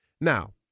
Now